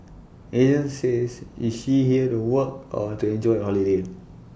agent says is she here to work or to enjoy A holiday